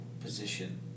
position